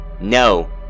No